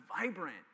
vibrant